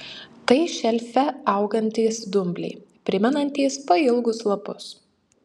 tai šelfe augantys dumbliai primenantys pailgus lapus